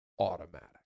automatic